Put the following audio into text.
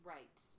Right